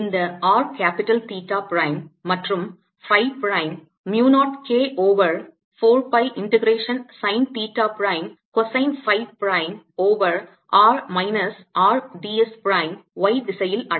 இந்த R capital theta prime மற்றும் phi prime mu 0 K over 4 pi integration sine theta prime cosine phi prime over r minus R d s prime y திசையில் அடங்கும்